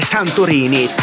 Santorini